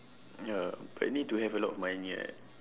ya but need to have a lot money right